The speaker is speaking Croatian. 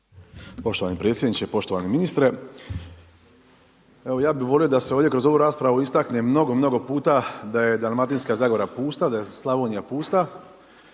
Poštovani predsjedniče, poštovani ministre. Ja bi volio da se ovdje kroz ovu raspravu, istakne, mnogo puta da je Dalmatinska zagora pusta, da je Slavonija pusta,